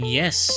yes